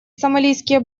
сомалийские